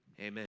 Amen